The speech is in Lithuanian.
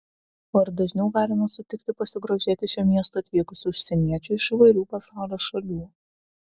o ir dažniau galime sutikti pasigrožėti šiuo miestu atvykusių užsieniečių iš įvairių pasaulio šalių